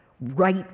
right